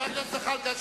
הכנסת זחאלקה,